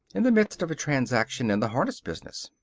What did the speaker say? in the midst of a transaction in the harness business.